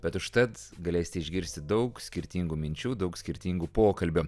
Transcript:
bet užtat galėsite išgirsti daug skirtingų minčių daug skirtingų pokalbių